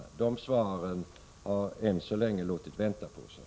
De svaren har än så länge låtit vänta på sig.